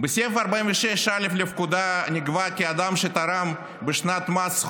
לתיקון סעיף 46א לפקודת מס הכנסה,